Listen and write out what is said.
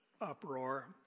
uproar